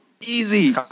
Easy